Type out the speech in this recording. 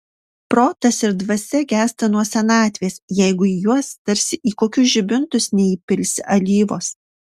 protas ir dvasia gęsta nuo senatvės jeigu į juos tarsi į kokius žibintus neįpilsi alyvos